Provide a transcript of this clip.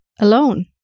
alone